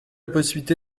possibilité